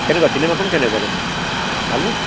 কেনেকুৱা চিনেমাখন কেনেকুৱা ভালনে